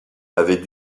avait